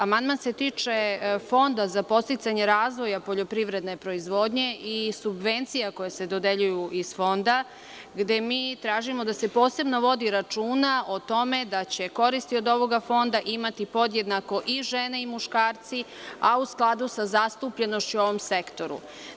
Amandman se tiče Fonda za podsticanje razvoja poljoprivredne proizvodnje i subvencija koje se dodeljuju iz fonda, gde mi tražimo da se posebno vodi računa o tome da će koristi od ovog fonda imati podjednako i žene i muškarci, a u skladu sa zastupljenošću u ovom sektoru.